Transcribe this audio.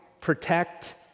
protect